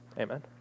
amen